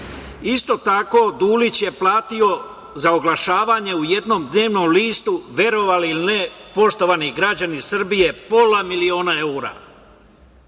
isto tako je Dulić platio za oglašavanje u jednom dnevnom listu, verovali ili ne, poštovani građani Srbije, pola miliona eura.